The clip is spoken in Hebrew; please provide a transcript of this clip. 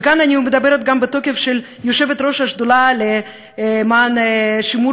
וכאן אני מדברת גם בתוקף של יושבת-ראש השדולה למען שימור